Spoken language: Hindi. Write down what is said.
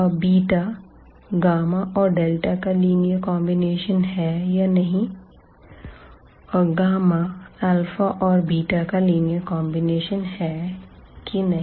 और और का लीनियर कांबिनेशन है या नहीं और और का लीनियर कॉन्बिनेशन है कि नहीं